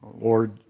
Lord